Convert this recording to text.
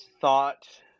thought